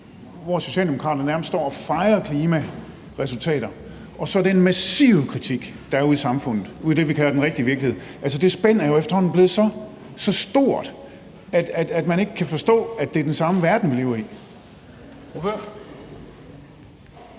hvor Socialdemokraterne nærmest står og fejrer klimaresultater, og så den massive kritik, der er ude i samfundet, ude i det, vi kalder den rigtige virkelighed? Det spænd er jo efterhånden blevet så stort, at man ikke kan forstå, at det er den samme verden, vi lever i.